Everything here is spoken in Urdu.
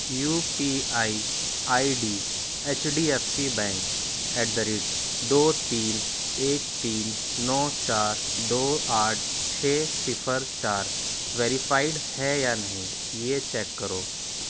you P I I D H D F C bank at the rate دو تین ایک تین نو چار دو آٹھ چھ صفر چار ویریفائڈ ہے یا نہیں یہ چیک کرو